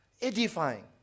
edifying